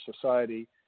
society